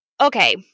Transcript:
Okay